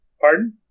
pardon